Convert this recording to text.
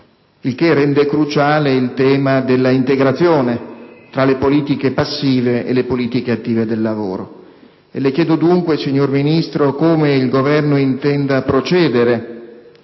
il che rende cruciale il tema dell'integrazione tra le politiche passive e le politiche attive del lavoro. Le chiedo dunque, signor Ministro, come il Governo intenda procedere